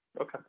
Okay